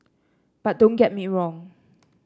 but don't get me wrong